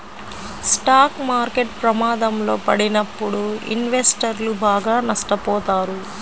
stock market ప్రమాదంలో పడినప్పుడు ఇన్వెస్టర్లు బాగా నష్టపోతారు